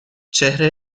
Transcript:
چهره